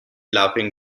laughing